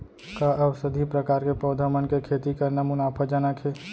का औषधीय प्रकार के पौधा मन के खेती करना मुनाफाजनक हे?